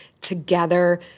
together